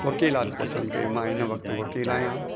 वकीलाति पसंदि कई मां हिन वक़्तु वकील आहियां